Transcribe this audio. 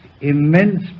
immense